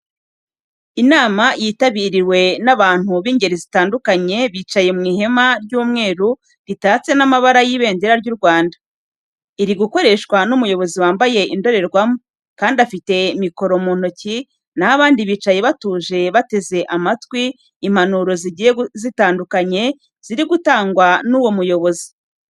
Inama yitabirirwe n'abantu b'ingeri zitandukanye bicaye mu ihema ry'umweru ritatse n'amabara y'ibendera ry'u Rwanda. Iri gukoreshwa n'umuyobozi wambaye indorerwamo, kandi afite mikoro mu ntoki na ho abandi bicaye batuje bateze amatwi impanuro zigiye zitandukanye ziri gutangwa n'uwo muyobozi.